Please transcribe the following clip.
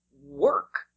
work